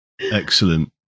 Excellent